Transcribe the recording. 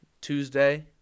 Tuesday